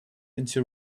into